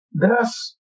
Thus